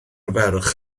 ferch